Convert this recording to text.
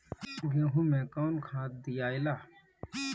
गेहूं मे कौन खाद दियाला?